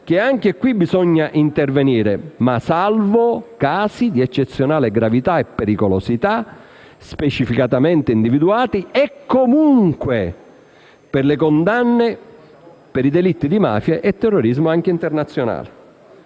si dice che occorre intervenire, salvo però i casi di eccezionale gravità e pericolosità specificamente individuati e, comunque, nei casi di condanna per i delitti di mafia e terrorismo anche internazionale.